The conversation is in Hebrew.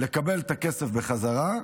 לקבל את הכסף בחזרה,